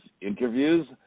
interviews